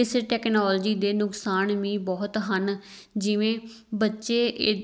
ਇਸ ਟੈਕਨੋਲਜੀ ਦੇ ਨੁਕਸਾਨ ਵੀ ਬਹੁਤ ਹਨ ਜਿਵੇਂ ਬੱਚੇ ਏ